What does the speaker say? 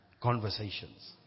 conversations